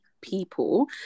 people